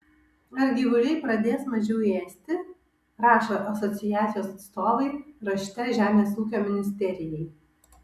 ar gyvuliai pradės mažiau ėsti rašo asociacijos atstovai rašte žemės ūkio ministerijai